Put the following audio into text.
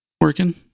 working